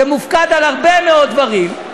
שמופקד על הרבה מאוד דברים,